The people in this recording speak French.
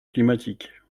climatique